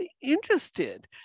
interested